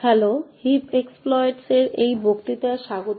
hello hip exploits এর এই বক্তৃতায় স্বাগত